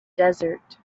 desert